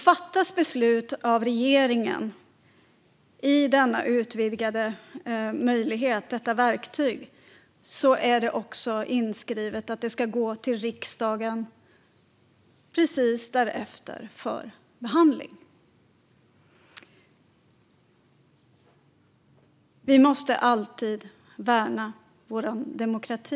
Fattas beslut av regeringen genom denna utvidgade möjlighet - detta verktyg - är det också inskrivet att det ska gå till riksdagen precis därefter för behandling. Vi måste alltid värna vår demokrati.